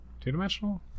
Two-dimensional